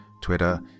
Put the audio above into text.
Twitter